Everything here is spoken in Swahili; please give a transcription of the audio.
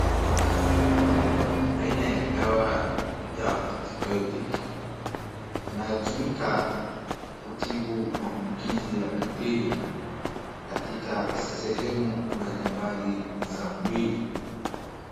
Hii ni aina ya dawa ya anti-bayotiki . Inayotumika kutibu maambukizi ya bacteria katika sehemu mbalimbali za mwili.